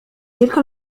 تلك